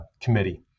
committee